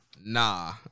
nah